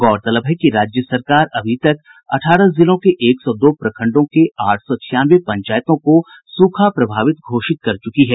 गौरतलब है कि राज्य सरकार अभी तक अठारह जिलों के एक सौ दो प्रखंडों के आठ सौ छियानवे पंचायतों को सूखा प्रभावित घोषित कर चुकी है